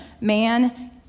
Man